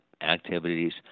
activities